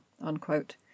unquote